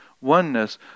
oneness